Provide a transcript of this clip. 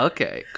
Okay